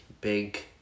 big